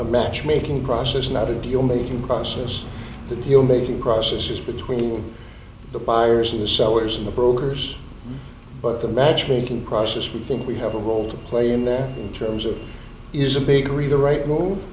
a match making process not a deal making process the deal making process is between the buyers of the sellers and the brokers but the match making process we think we have a role to play in there in terms of is a big reader right move